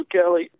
Kelly